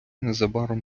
незабаром